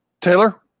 Taylor